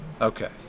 Okay